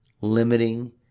limiting